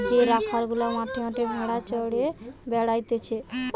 যে রাখাল গুলা মাঠে মাঠে ভেড়া চড়িয়ে বেড়াতিছে